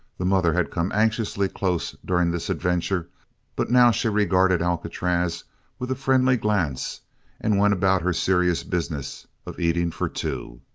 the mother had come anxiously close during this adventure but now she regarded alcatraz with a friendly glance and went about her serious business of eating for two.